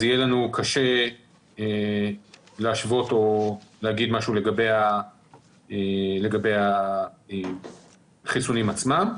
יהיה לנו קשה להשוות או להגיד משהו לגבי החיסונים עצמם.